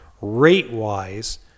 rate-wise